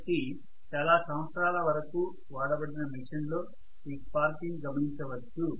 కాబట్టి చాలా సంవత్సరాల వరకు వాడబడిన మెషిన్ లో ఈ స్పార్కింగ్ గమనించవచ్చు